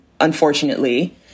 unfortunately